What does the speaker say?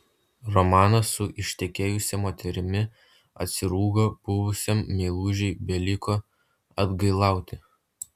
romanas su ištekėjusia moterimi atsirūgo buvusiam meilužiui beliko atgailauti